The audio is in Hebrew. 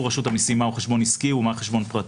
רשות המיסים מהו חשבון עסקי ומהו חשבון פרטי.